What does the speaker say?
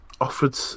offered